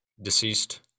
Deceased